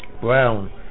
brown